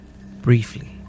briefly